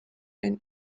and